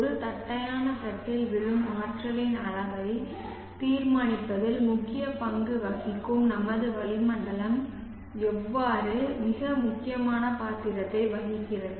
ஒரு தட்டையான தட்டில் விழும் ஆற்றலின் அளவை தீர்மானிப்பதில் முக்கிய பங்கு வகிக்கும் நமது வளிமண்டலம் எவ்வாறு மிக முக்கியமான பாத்திரத்தை வகிக்கிறது